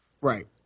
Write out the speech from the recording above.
right